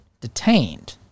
detained